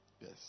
Yes